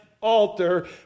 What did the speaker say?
altar